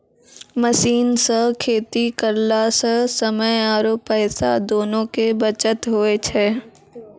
machine सॅ खेती करला स समय आरो पैसा दोनों के बचत होय छै